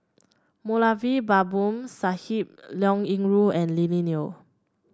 Moulavi Babu Sahib Liao Yingru and Lily Neo